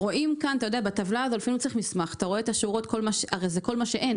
בטבלה הזאת אתה רואה את כל מה שאין